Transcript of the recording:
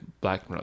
black